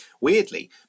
Weirdly